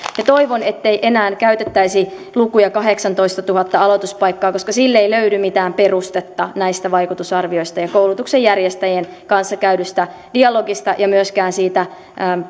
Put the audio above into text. ja toivon ettei enää käytettäisi lukua kahdeksantoistatuhatta aloituspaikkaa koska sille ei löydy mitään perustetta näistä vaikutusarvioista ja koulutuksen järjestäjien kanssa käydystä dialogista ja myöskään siitä